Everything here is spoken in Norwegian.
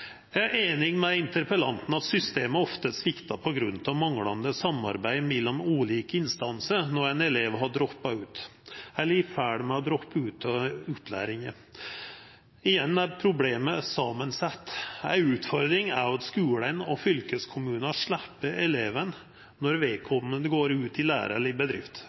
Eg er einig med interpellanten i at systemet ofte sviktar på grunn av manglande samarbeid mellom ulike instansar når ein elev har droppa ut eller er i ferd med å droppa ut av opplæringa. Igjen er problemet samansett. Ei utfordring er at skulen og fylkeskommunen slepper eleven når vedkomande går ut i lære i bedrift.